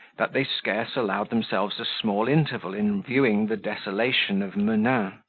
that they scarce allowed themselves a small interval in viewing the desolation of menin,